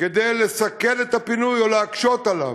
כדי לסכל את הפינוי או להקשות אותו.